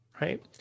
right